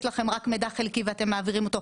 לכם רק מידע חלקי ואתם מעבירים אותו.